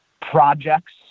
projects